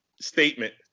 statement